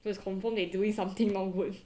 so it's confirm they doing something not good